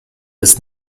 ist